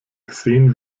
gesehen